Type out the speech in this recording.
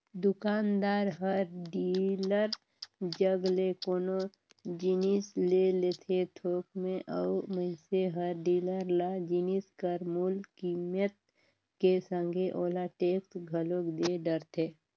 दुकानदार हर डीलर जग ले कोनो जिनिस ले लेथे थोक में अउ मइनसे हर डीलर ल जिनिस कर मूल कीमेत के संघे ओला टेक्स घलोक दे डरथे